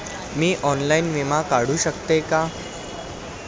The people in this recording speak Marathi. मी ऑनलाइन विमा काढू शकते का?